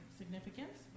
significance